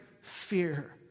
fear